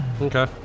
Okay